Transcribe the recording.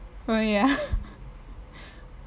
oh ya